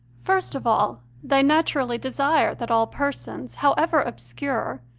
first of all, they naturally desire that all persons, however obscure,